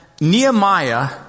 Nehemiah